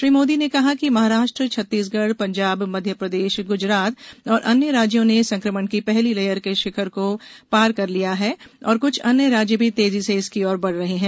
श्री मोदी ने कहा कि महाराष्ट्र छत्तीसगढ़ पंजाब मध्य प्रदेश गुजरात और अन्य राज्यों ने संक्रमण की पहली लहर के शिखर को पार कर लिया है और कुछ अन्य राज्य भी तेजी से इसकी ओर बढ़ रहे हैं